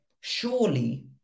surely